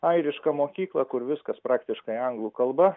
airišką mokyklą kur viskas praktiškai anglų kalba